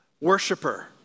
worshiper